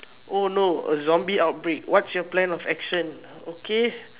oh no a zombie outbreak what's your plan of action okay